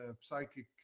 psychic